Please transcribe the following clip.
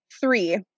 Three